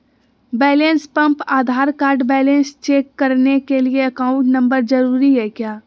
Balance pump Aadhaar card balance check करने के लिए अकाउंट नंबर जरूरी है क्या?